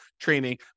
training